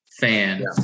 fan